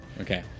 Okay